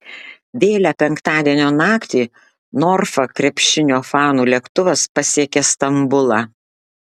vėlią penktadienio naktį norfa krepšinio fanų lėktuvas pasiekė stambulą